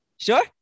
Sure